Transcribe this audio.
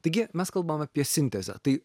taigi mes kalbam apie sintezę tai